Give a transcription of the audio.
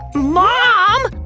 mom!